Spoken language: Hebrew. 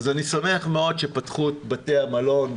אז אני שמח מאוד שפתחו את בתי המלון,